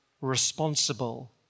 responsible